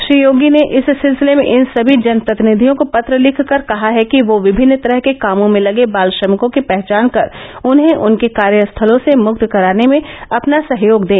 श्री योगी ने इस सिलसिले में इन सभी जनप्रतिनिधियों को पत्र लिखकर कहा है कि वह विभिन्न तरह के कामों में लगे बाल श्रमिकों की पहचान कर उन्हें उनके कार्यस्थलों से मुक्त कराने में अपना सहयोग दें